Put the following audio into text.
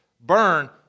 burn